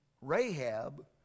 Rahab